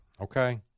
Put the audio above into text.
Okay